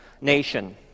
nation